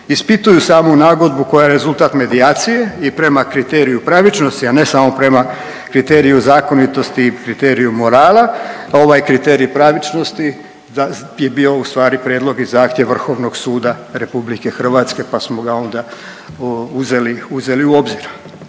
ispituju samu nagodbu koja je rezultat medijacije i prema kriteriju pravičnosti, a ne samo prema kriteriju zakonitosti i kriteriju morala ovaj kriterij pravičnosti je bio ustvari prijedlog i zahtjev Vrhovnog suda RH pa smo ga onda uzeli u obzir.